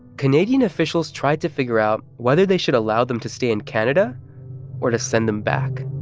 canadian officials tried to figure out whether they should allow them to stay in canada or to send them back.